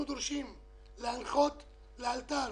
אנחנו דורשים להנחות לאלתר